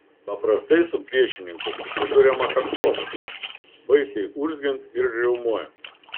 paprastai su priešininku susiduriama kaktomuša baisiai urzgiant ir riaumojant